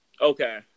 Okay